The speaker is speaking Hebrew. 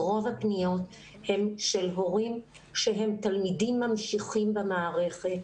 רוב הפניות הן של הורים שהם תלמידים ממשיכים במערכת,